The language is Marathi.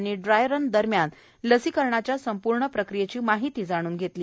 यांनी ड्राय रन दरम्यान लसीकरणाच्या संपूर्ण प्रक्रियेची माहिती जाणून घेतली